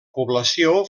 població